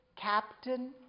captain